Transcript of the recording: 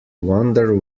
wonder